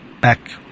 back